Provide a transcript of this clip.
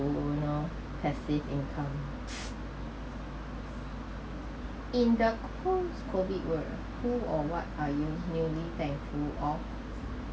to you know passive income in the post COVID world who or what are you really thankful of